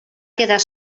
quedar